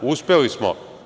Uspeli smo.